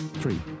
three